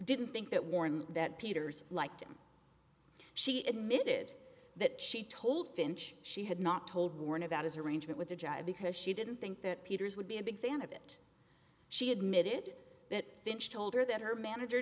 didn't think that warren that peters liked him she admitted that she told finch she had not told warren about his arrangement with the job because she didn't think that peter's would be a big fan of it she admitted that finch told her that her manager